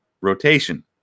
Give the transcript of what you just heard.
rotation